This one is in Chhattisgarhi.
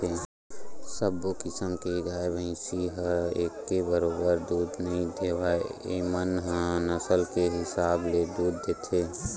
सब्बो किसम के गाय, भइसी ह एके बरोबर दूद नइ देवय एमन ह नसल के हिसाब ले दूद देथे